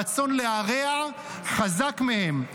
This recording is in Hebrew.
הרצון להרע חזק מהם,